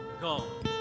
Go